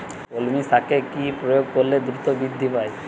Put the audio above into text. কলমি শাকে কি প্রয়োগ করলে দ্রুত বৃদ্ধি পায়?